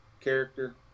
character